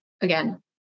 again